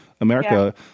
America